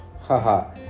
Haha